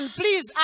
please